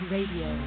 Radio